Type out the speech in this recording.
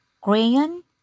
Crayon